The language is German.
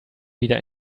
wieder